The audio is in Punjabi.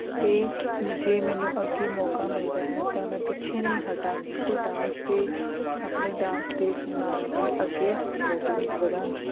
ਅਤੇ ਜੇ ਮੈਨੂੰ ਅੱਗੇ ਮੌਕਾ ਮਿਲਦਾ ਹੈ ਤਾਂ ਮੈਂ ਪਿੱਛੇ ਨਹੀਂ ਹਟਾਂਗੀ ਅਤੇ ਡਾਂਸ ਦੇ ਆਪਣੇ ਡਾਂਸ ਦੇ ਨਾਲ ਹੀ ਅੱਗੇ ਵੱਧ ਵਧਾਂਗੀ